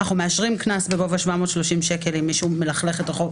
אנחנו מאשרים קנס בגובה 730 ש"ח אם מישהו זורק